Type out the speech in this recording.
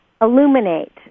illuminate